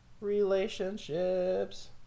Relationships